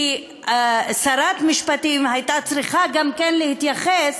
שרת משפטים הייתה צריכה להתייחס